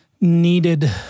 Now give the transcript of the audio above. needed